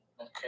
okay